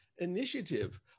initiative